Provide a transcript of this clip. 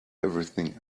everything